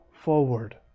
forward